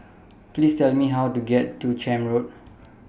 Please Tell Me How to get to Camp Road